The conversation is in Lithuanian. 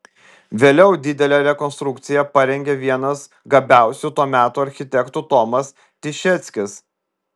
vėliau didelę rekonstrukciją parengė vienas gabiausių to meto architektų tomas tišeckis